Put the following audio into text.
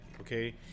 okay